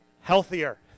healthier